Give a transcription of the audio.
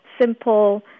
simple